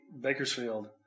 Bakersfield